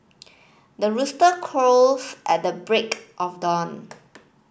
the rooster crows at the break of dawn